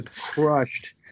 crushed